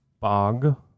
Bog